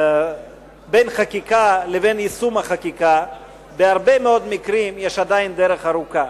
בין חקיקה לבין יישום החקיקה בהרבה מאוד מקרים יש עדיין דרך ארוכה.